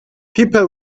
people